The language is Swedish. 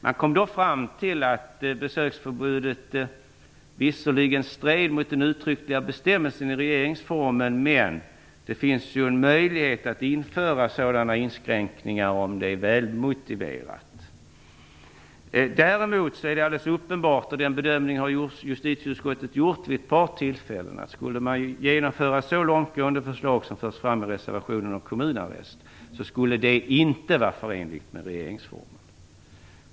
Man kom då fram till att besöksförbudet visserligen stred mot den uttryckliga bestämmelsen i regeringsformen, men att det finns en möjlighet att införa sådana inskränkningar om det är välmotiverat. Däremot är det alldeles uppenbart, och den bedömningen har justitieutskottet gjort vid ett par tillfällen, att skulle man genomföra så långtgående förslag som förs fram i reservationen om kommunarrest skulle det inte vara förenligt med regeringsformen.